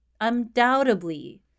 Undoubtedly